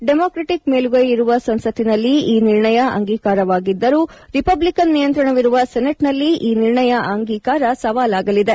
democratic ಮೇಲುಗೈಯಿರುವ ಸಂಸತ್ತಿನಲ್ಲಿ ಈ ನಿರ್ಣಯ ಅಂಗೀಕಾರವಾಗಿದ್ದರೂ ರಿಪಬ್ಲಿಕನ್ ನಿಯಂತ್ರಣವಿರುವ ಸೆನೆಟ್ನಲ್ಲಿ ಈ ನಿರ್ಣಯ ಅಂಗೀಕಾರ ಸವಾಲಾಗಲಿದೆ